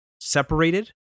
separated